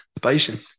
patient